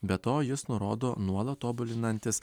be to jis nurodo nuolat tobulinantis